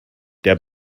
der